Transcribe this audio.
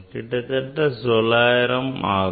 கிட்டத்தட்ட 900 ஆகும்